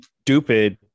stupid